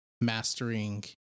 mastering